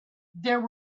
there